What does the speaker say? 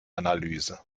analyse